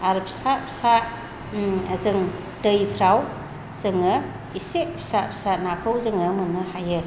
आरो फिसा फिसा जों दैफोराव जोङो एसे फिसा फिसा नाखौ जोङो मोननो हायो